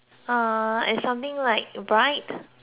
something like bright